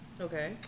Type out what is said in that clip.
Okay